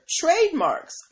trademarks